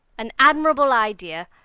an admirable idea!